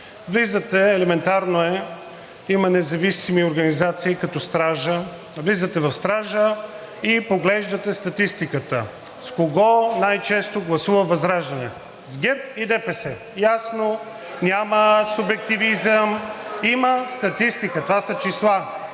Влизате – елементарно е, има независими организации като „Стража“, влизате в „Стража“ и поглеждате статистиката – с кого най-често гласува ВЪЗРАЖДАНЕ? С ГЕРБ и ДПС – ясно, няма субективизъм, има статистика (реплики), това са числа,